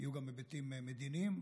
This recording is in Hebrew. ויהיו גם היבטים מדיניים.